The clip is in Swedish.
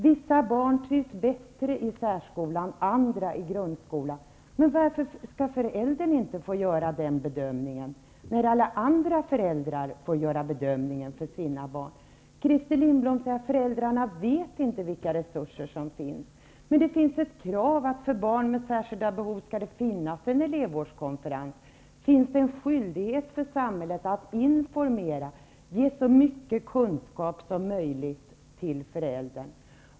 Vissa barn trivs bättre i särskolan, andra i grundskolan. Men varför skall föräldrarna inte få göra den bedömningen när alla andra föräldrar får göra bedömningen för sina barn? Christer Lindblom säger att föräldrarna inte vet vilka resurser som finns. Men det finns ett krav att det för barn med särskilda behov skall finnas en elevvårdskonferens, det finns en skyldighet för samhället att informera och ge så mycket kunskap som möjligt till föräldrarna.